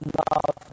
love